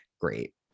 great